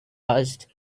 asked